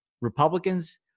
Republicans